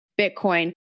Bitcoin